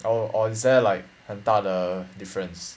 or or is there like 很大的 difference